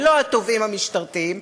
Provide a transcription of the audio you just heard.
ולא התובעים המשטרתיים,